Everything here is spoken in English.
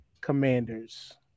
Commanders